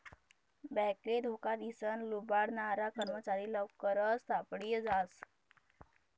बॅकले धोका दिसन लुबाडनारा कर्मचारी लवकरच सापडी जास